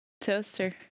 Toaster